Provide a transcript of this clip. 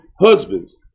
husbands